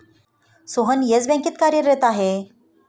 Sohan Yes बँकेत कार्यरत आहे